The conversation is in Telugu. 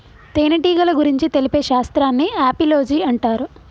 తేనెటీగల గురించి తెలిపే శాస్త్రాన్ని ఆపిలోజి అంటారు